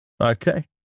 Okay